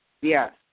Yes